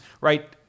right